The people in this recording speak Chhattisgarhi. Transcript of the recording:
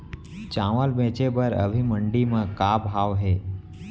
चांवल बेचे बर अभी मंडी म का भाव हे?